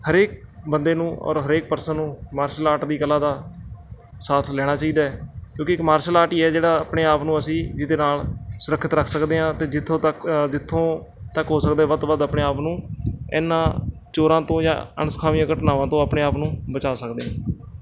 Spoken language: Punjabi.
ਹਰੇਕ ਬੰਦੇ ਨੂੰ ਔਰ ਹਰੇਕ ਪਰਸਨ ਨੂੰ ਮਾਰਸ਼ਲ ਆਰਟ ਦੀ ਕਲਾ ਦਾ ਸਾਥ ਲੈਣਾ ਚਾਹੀਦਾ ਹੈ ਕਿਉਂਕਿ ਇੱਕ ਮਾਰਸ਼ਲ ਆਰਟ ਹੀ ਹੈ ਜਿਹੜਾ ਆਪਣੇ ਆਪ ਨੂੰ ਅਸੀਂ ਜਿਹਦੇ ਨਾਲ ਸੁਰੱਖਿਅਤ ਰੱਖ ਸਕਦੇ ਹਾਂ ਅਤੇ ਜਿੱਥੋਂ ਤੱਕ ਜਿੱਥੋਂ ਤੱਕ ਹੋ ਸਕਦਾ ਹੈ ਵੱਧ ਤੋਂ ਵੱਧ ਆਪਣੇ ਆਪ ਨੂੰ ਇਹਨਾਂ ਚੋਰਾਂ ਤੋਂ ਜਾਂ ਅਣਸੁਖਾਵੀਆਂ ਘਟਨਾਵਾਂ ਤੋਂ ਆਪਣੇ ਆਪ ਨੂੰ ਬਚਾ ਸਕਦੇ